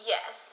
Yes